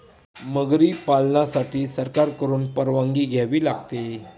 मगरी पालनासाठी सरकारकडून परवानगी घ्यावी लागते